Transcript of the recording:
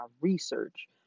research